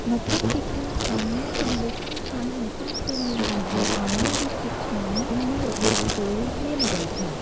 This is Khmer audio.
មកដឹងពីគ្រឿងផ្សំនិងគន្លឹះខ្លះៗនៃការធ្វើនំបាញ់ឌុកឲ្យមានរសជាតិឆ្ងាញ់និងរប្រៀបធ្វើមានអ្វីខ្លះ។